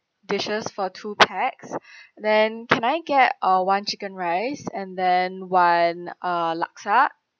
dishes for two pax then can I get uh one chicken rice and then one uh laksa